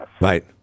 right